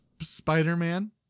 Spider-Man